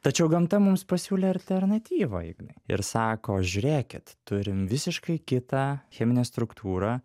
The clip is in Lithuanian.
tačiau gamta mums pasiūlė alternatyvą ignai ir sako žiūrėkit turim visiškai kitą cheminę struktūrą